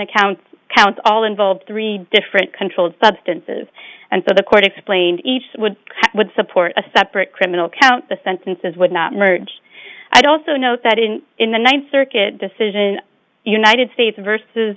account counts all involve three different controlled substances and so the court explained each would would support a separate criminal count the sentences would not merge i don't really know that in in the ninth circuit decision united states versus